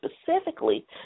specifically